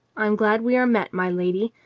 i am glad we are met, my lady,